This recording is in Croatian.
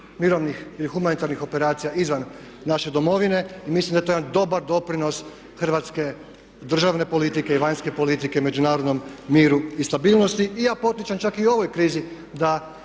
mirovnih ili humanitarnih operacija izvan naše domovine i mislim da je to jedan dobar doprinos hrvatske državne politike i vanjske politike međunarodnom miru i stabilnosti. Ja potičem čak i u ovoj krizi da